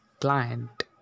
client